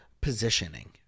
positioning